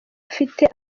afite